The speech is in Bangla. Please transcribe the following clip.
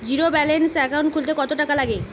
জীরো ব্যালান্স একাউন্ট খুলতে কত টাকা লাগে?